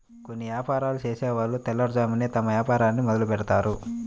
కొన్ని యాపారాలు చేసేవాళ్ళు తెల్లవారుజామునే తమ వ్యాపారాన్ని మొదలుబెడ్తారు